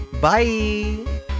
Bye